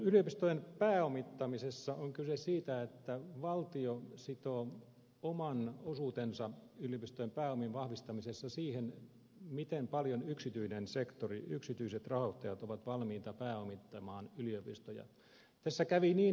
yliopistojen pääomittamisessa on kyse siitä että valtio sitoo oman osuutensa yliopistojen pääomien vahvistamisessa siihen miten paljon yksityinen sektori yksityiset rahoittajat on valmis pääomittamaan yliopistoja